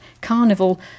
carnival